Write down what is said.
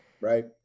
Right